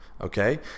okay